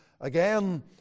again